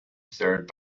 third